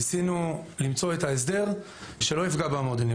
ניסינו למצוא את ההסדר שלא יפגע במועדונים.